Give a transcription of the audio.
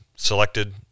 Selected